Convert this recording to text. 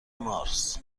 مارس